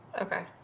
Okay